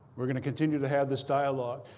we're going to continue to have this dialogue.